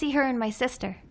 see her and my sister